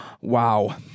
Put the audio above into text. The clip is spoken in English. Wow